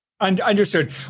Understood